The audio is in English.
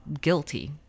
guilty